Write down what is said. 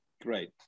Great